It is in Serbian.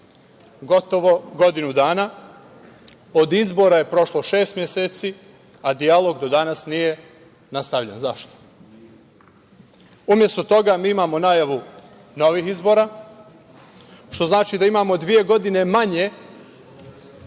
gotovo godinu dana. Od izbora je prošlo šest meseci, a dijalog do danas nije nastavljen. Zašto? Umesto toga, mi imamo najavu novih izbora, što znači da imamo dve godine manje